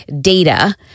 data